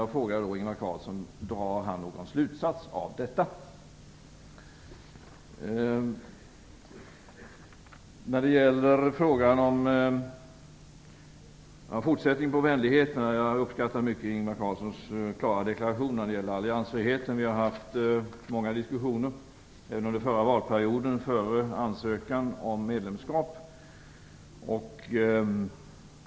Jag frågade Ingvar Carlsson om han drar någon slutsats av detta. Jag skall fortsätta med vänligheterna. Jag uppskattar Ingvar Carlssons klara deklaration när det gäller alliansfriheten. Vi har haft många diskussioner, även under förra valperioden och före en ansökan om medlemskap.